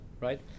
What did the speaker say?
right